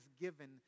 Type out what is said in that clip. given